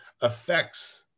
affects